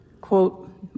Quote